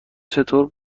چطور